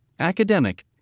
academic